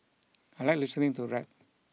I like listening to rap